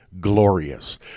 glorious